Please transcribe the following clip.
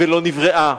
ולא נבראה,